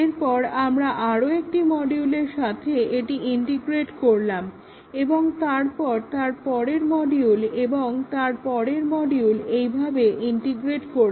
এরপর আমরা আরও একটি মডিউলের সাথে এটি ইন্টিগ্রেট করলাম এবং তারপর তার পরের মডিউল এবং তারপরের মডিউল এইভাবে ইন্টিগ্রেট করলাম